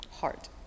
heart